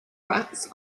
rats